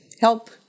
help